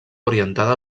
orientada